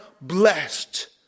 blessed